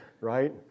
right